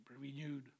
Renewed